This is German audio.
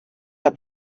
hat